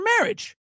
marriage